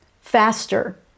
faster